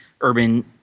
urban